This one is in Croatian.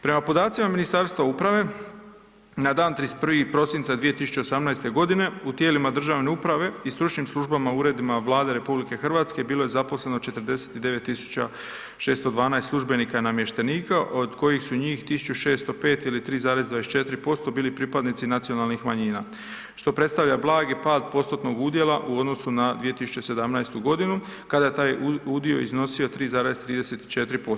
Prema podacima Ministarstva uprave, na dan 31. prosinca 2018. g. u tijelima državne uprave i stručnim službama i uredima Vlade RH, bilo je zaposleno 49 612 službenika i namještenika od kojih su njih 1605 ili 3,24% bili pripadnici nacionalnih manjina što predstavlja blagi pad postotnog udjela u odnosu na 2017. g. kada je taj udio iznosio 3,34%